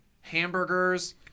Hamburgers